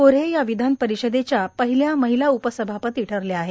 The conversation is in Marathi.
गोऱ्हे या विधानपरिषदेच्या पहिल्या महिला उपसभापती ठरल्या आहेत